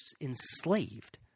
enslaved